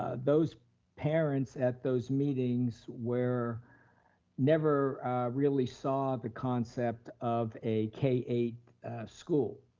ah those parents at those meetings where never really saw the concept of a k eight school.